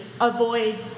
avoid